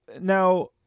now